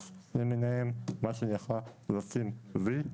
בג"ץ למיניהם, מה שנקרא לשים "וי".